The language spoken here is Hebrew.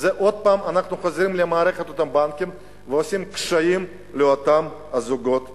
עוד פעם אנחנו חוזרים למערכת הבנקים ועושים קשיים לאותם זוגות צעירים.